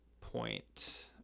point